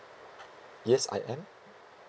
yes I am